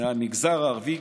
מהמגזר הערבי